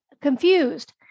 confused